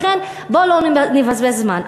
לכן בוא לא נבזבז זמן.